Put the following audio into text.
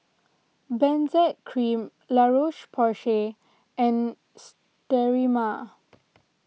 Benzac Cream La Roche Porsay and Sterimar